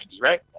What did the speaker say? right